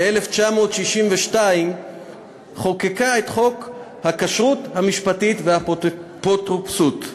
ב-1962 חוקקה את חוק הכשרות המשפטית והאפוטרופסות.